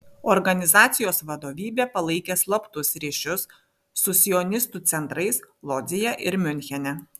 organizacijos vadovybė palaikė slaptus ryšius su sionistų centrais lodzėje ir miunchene